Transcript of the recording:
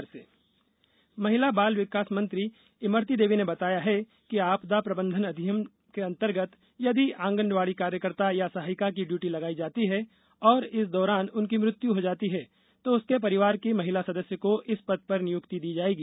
आंगनबाड़ी कार्यकर्ता महिला बाल विकास मंत्री इमरती देवी ने बताया है कि आपदा प्रबंधन अधिनियम के अंतर्गत यदि आँगनवाड़ी कार्यकर्ता या सहायिका की ड्यूटी लगाई जाती है और इस दौरान उनकी मृत्यु हो जाती है तो उसके परिवार की महिला सदस्य को इस पद पर नियुक्ति दी जायेगी